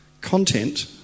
content